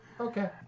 Okay